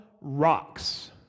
rocks